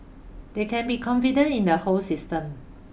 they can be confident in the whole system